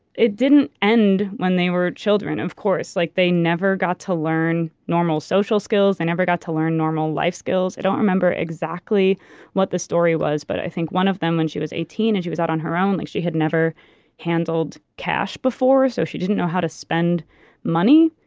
it didn't end when they were children, of course. like they never got to learn normal social skills. they never got to learn normal life skills. i don't remember exactly what the story was, but i think one of them, when she was eighteen and she was out on her own, like she had never handled cash before, so she didn't know how to spend money.